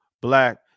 black